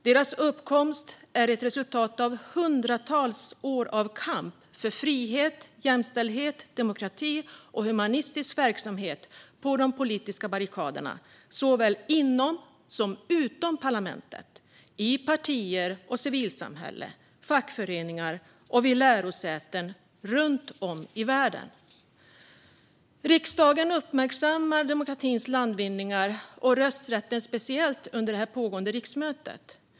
Deras uppkomst är ett resultat av hundratals år av kamp för frihet, jämställdhet, demokrati och humanistisk verksamhet på de politiska barrikaderna såväl inom som utom parlament, i partier och civilsamhällen, fackföreningar och vid lärosäten runt om i världen. Riksdagen uppmärksammar demokratins landvinningar och rösträtten speciellt under pågående riksmöte.